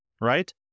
right